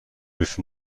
with